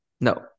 No